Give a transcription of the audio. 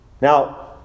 Now